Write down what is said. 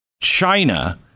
China